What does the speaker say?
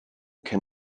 cyn